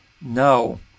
No